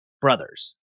brothers